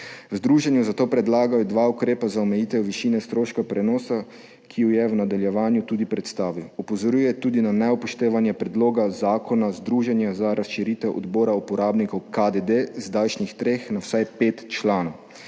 V združenju zato predlagajo dva ukrepa za omejitev višine stroška prenosa, ki ju je v nadaljevanju tudi predstavil. Opozoril je tudi na neupoštevanje predloga zakona združenja za razširitev Odbora uporabnikov KDD z zdajšnjih treh na vsaj pet članov.